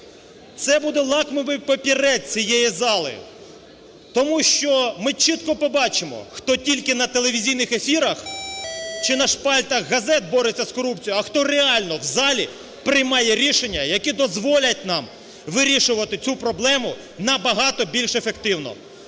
Це буде лакмусовий папірець цієї зали, тому що ми чітко побачимо, хто тільки на телевізійних ефірах чи на шпальтах газет бореться з корупцією, а хто реально в залі приймає рішення, які дозволять нам вирішувати цю проблему набагато більш ефективно.